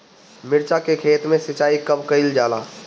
मिर्चा के खेत में सिचाई कब कइल जाला?